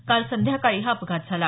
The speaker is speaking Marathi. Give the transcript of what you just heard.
काल संध्याकाळी हा अपघात झाला